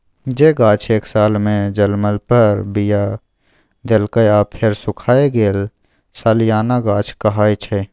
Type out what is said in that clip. जे गाछ एक सालमे जनमल फर, बीया देलक आ फेर सुखाए गेल सलियाना गाछ कहाइ छै